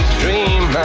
dream